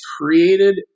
created